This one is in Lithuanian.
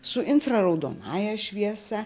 su infraraudonąja šviesa